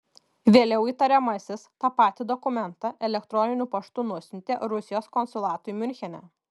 vėliau įtariamasis tą patį dokumentą elektroniniu paštu nusiuntė rusijos konsulatui miunchene